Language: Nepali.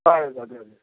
हजुर हजुर